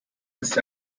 ist